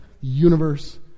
universe